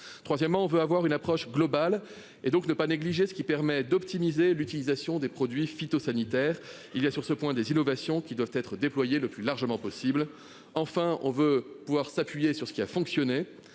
Troisièmement, on veut avoir une approche globale et donc ne pas négliger ce qui permet d'optimiser l'utilisation des produits phytosanitaires. Il y a sur ce point des innovations qui doivent être déployés le plus largement possible. Enfin on veut pouvoir s'appuyer sur ce qui a fonctionné